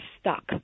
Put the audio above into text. stuck